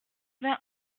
vingt